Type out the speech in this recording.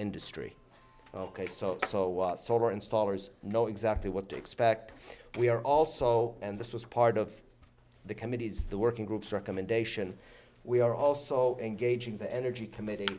industry ok so solar installers know exactly what to expect we are also and this was part of the committee's the working groups recommendation we are also engaging the energy committee